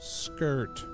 skirt